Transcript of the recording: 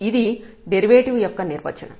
ఇది డెరివేటివ్ యొక్క నిర్వచనం